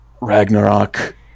Ragnarok